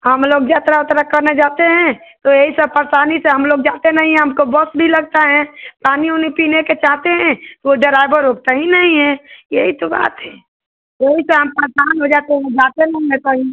हाँ मतलब यात्रा ओत्रा करने जाते हैं तो यही सब परेशानी से हम लोग जाते नहीं हैं हमको बस भी लगता है पानी ओनी पीने के चाहते हैं वह डराइवर रोकता ही नहीं है यही तो बात है ओही तो हम परेशान हो जाते हैं जाते नहीं ना कहीं